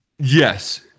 Yes